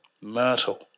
Myrtle